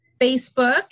Facebook